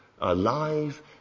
alive